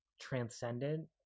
transcendent